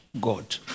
God